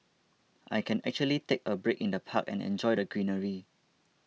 I can actually take a break in the park and enjoy the greenery